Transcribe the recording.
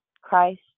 Christ